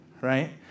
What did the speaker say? right